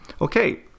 Okay